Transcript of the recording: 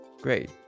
Great